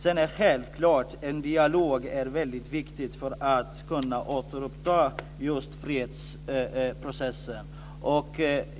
Sedan är det självklart väldigt viktigt med en dialog för att kunna återuppta fredsprocessen.